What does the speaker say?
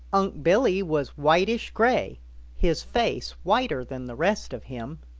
unc' billy was whitish-gray, his face whiter than the rest of him.